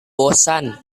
bosan